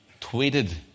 tweeted